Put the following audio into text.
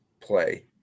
play